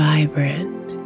Vibrant